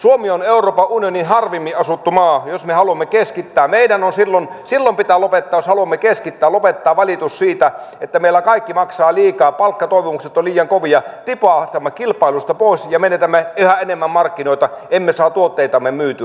suomi on euroopan unionin harvimmin asuttu maa ja jos me haluamme keskittää silloin pitää lopettaa valitus siitä että meillä kaikki maksaa liikaa palkkatoivomukset ovat liian kovia tipahdamme kilpailusta pois ja menetämme yhä enemmän markkinoita emme saa tuotteitamme myytyä